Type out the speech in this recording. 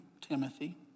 Timothy